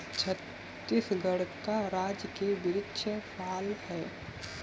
छत्तीसगढ़ का राजकीय वृक्ष साल है